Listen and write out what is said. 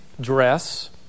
dress